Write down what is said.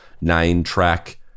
nine-track